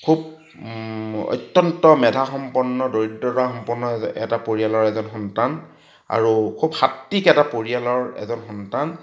খুব অত্যন্ত মেধাসম্পন্ন দৰিদ্ৰতাসম্পন্ন এজ এটা পৰিয়ালৰ এজন সন্তান আৰু খুব সাত্বিক এটা পৰিয়ালৰ এজন সন্তান